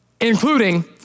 including